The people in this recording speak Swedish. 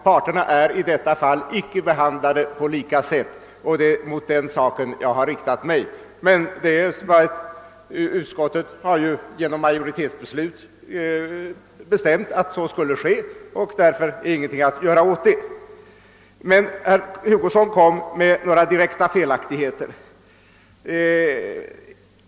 Parterna har i detta fall icke behandlats på lika sätt, och det är mot det jag har riktat mig, men utskottet har ju genom majoritetsbeslut bestämt att så skulle ske, och därför är det ingenting att göra åt saken. Herr Hugosson kom med några direkta felaktigheter.